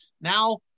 Now